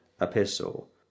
epistle